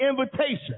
invitation